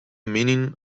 meaning